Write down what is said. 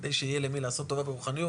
כדי שיהיה למי לעשות רוחניות,